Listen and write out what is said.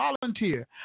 Volunteer